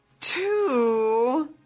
two